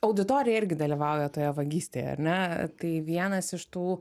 auditorija irgi dalyvauja toje vagystėje ar ne tai vienas iš tų